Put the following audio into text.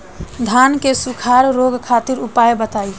धान के सुखड़ा रोग खातिर उपाय बताई?